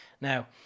Now